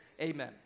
Amen